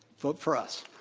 vote for us.